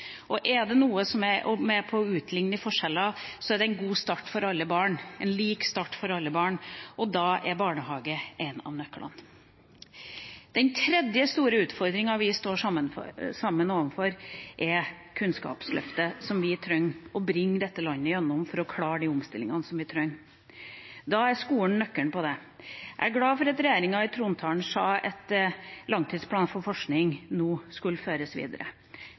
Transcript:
Er det noe som er med på å utligne forskjeller, er det en god start for alle barn, en lik start for alle barn, og da er barnehager en av nøklene. Den tredje store utfordringa vi sammen står overfor, er kunnskapsløftet som vi trenger å bringe dette landet gjennom for å klare de omstillingene som vi trenger. Da er skolen nøkkelen til det. Jeg er glad for at regjeringa i trontalen sa at langtidsplanen for forskning nå skal føres videre,